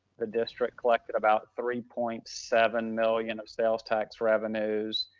the district collected about three point seven million of sales tax revenues.